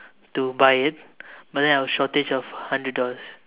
to buy it but then I was shortage of hundred dollars